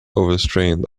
overstrained